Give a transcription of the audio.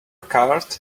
card